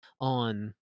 on